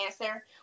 answer